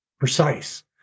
precise